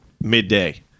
midday